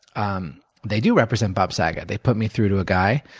um they do represent bob saget. they put me through to a guy.